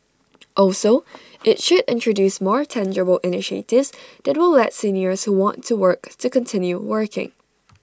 also IT should introduce more tangible initiatives that will let seniors who want to work to continue working